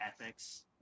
ethics